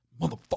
Motherfucker